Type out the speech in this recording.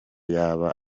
yaba